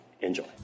Enjoy